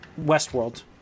Westworld